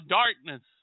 darkness